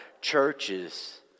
churches